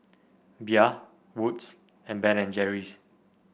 Bia Wood's and Ben and Jerry's